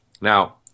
Now